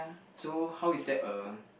so how is that a